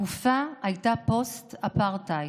התקופה הייתה פוסט אפרטהייד.